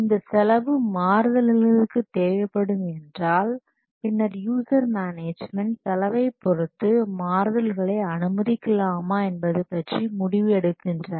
இந்த செலவு மாறுதல்களுக்கு தேவைப்படும் என்றால் பின்னர் யூசர் மேனேஜ்மென்ட் செலவை பொருத்து மாறுதல்களை அனுமதிக்கலாமா என்பது பற்றி முடிவு எடுக்கின்றனர்